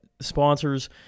sponsors